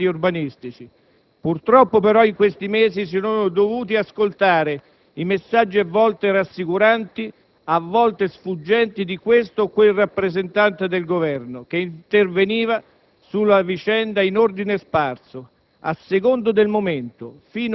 oggi a Vicenza si sarebbe potuto discutere sicuramente dei problemi ambientali e urbanistici. Purtroppo, però, in questi mesi si sono dovuti ascoltare i messaggi, a volte rassicuranti, a volte sfuggenti, di questo o quel rappresentante del Governo che interveniva